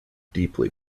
deeply